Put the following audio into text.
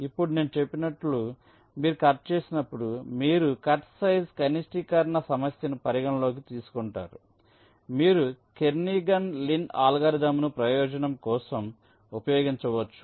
ఇప్పుడు నేను చెప్పినట్లు మీరు కట్ చేసినప్పుడు మీరు కట్ సైజ్ కనిష్టీకరణ సమస్యను పరిగణనలోకి తీసుకుంటారు మీరు కెర్నిఘన్ లిన్ అల్గోరిథంను ప్రయోజనం కోసం ఉపయోగించవచ్చు